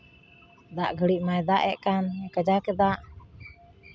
ᱫᱟᱜ ᱜᱷᱟᱹᱲᱤᱡ ᱢᱟᱭ ᱫᱟᱜᱼᱮᱜ ᱠᱟᱱ ᱠᱟᱡᱟᱠ ᱮ ᱫᱟᱜ